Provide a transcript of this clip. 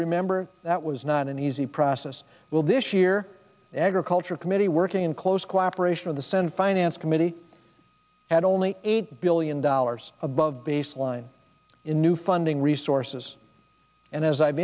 remember that was not an easy process will this year agriculture committee working in close cooperation of the senate finance committee had only eight billion dollars above baseline in new funding resources and as i've